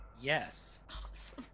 yes